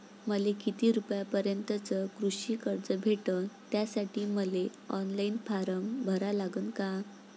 मले किती रूपयापर्यंतचं कृषी कर्ज भेटन, त्यासाठी मले ऑनलाईन फारम भरा लागन का?